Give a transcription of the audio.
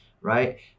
right